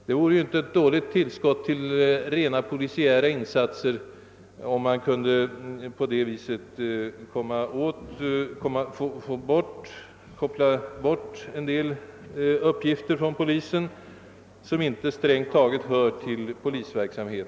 Det vore inte ett dåligt »tillskott« till de rent polisiära personalresurserna som man alltså skulle kunna få, om man kopplade bort en del uppgifter, som strängt taget inte hör till polisverksamheten, och som sagt starkare renodlade denna verksamhet.